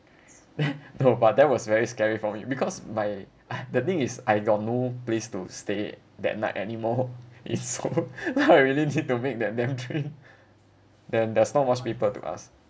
no but that was very scary for me because my the thing is I got no place to stay that night anymore it's so I really need to make that damn train then there's not much people to ask